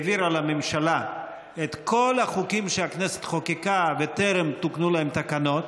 העבירה לממשלה את כל החוקים שהכנסת חוקקה וטרם תוקנו להם תקנות,